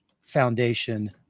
foundation